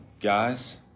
guys